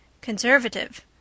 Conservative